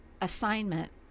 assignment